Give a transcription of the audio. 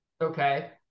okay